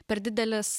per didelis